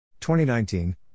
2019